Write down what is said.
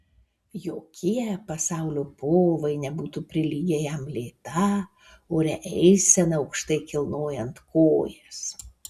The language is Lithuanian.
jokie pasaulio povai nebūtų prilygę jam lėta oria eisena aukštai kilnojant kojas